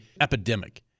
epidemic